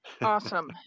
awesome